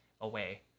away